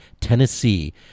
Tennessee